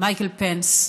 מייקל פנס,